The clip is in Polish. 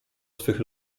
swych